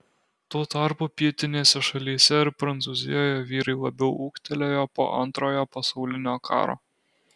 tuo tarpu pietinėse šalyse ir prancūzijoje vyrai labiau ūgtelėjo po antrojo pasaulinio karo